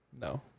No